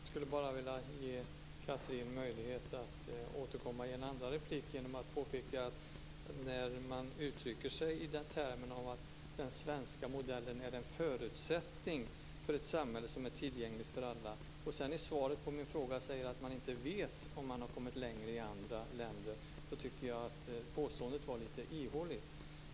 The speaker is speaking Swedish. Fru talman! Jag skulle bara vilja ge Catherine Persson möjlighet att återkomma i en andra replik. När hon uttrycker sig i termer av att den svenska modellen är en förutsättning för ett samhälle som är tillgängligt för alla och sedan i svaret på min fråga säger att hon inte vet om man har kommit längre i andra länder tycker jag att påståendet är lite ihåligt.